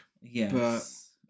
Yes